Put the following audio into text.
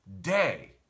day